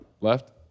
left